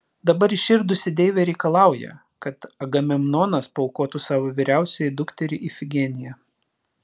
dabar įširdusi deivė reikalauja kad agamemnonas paaukotų savo vyriausiąją dukterį ifigeniją